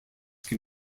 can